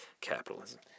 capitalism